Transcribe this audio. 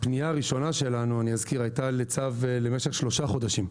אזכיר שהפנייה הראשונה שלנו היתה לצו למשך שלושה חודשים.